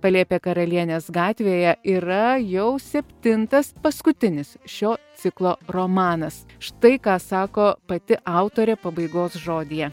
palėpė karalienės gatvėje yra jau septintas paskutinis šio ciklo romanas štai ką sako pati autorė pabaigos žodyje